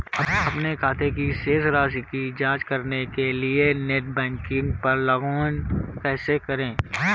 अपने खाते की शेष राशि की जांच करने के लिए नेट बैंकिंग पर लॉगइन कैसे करें?